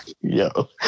Yo